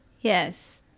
Yes